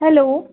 hello